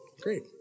great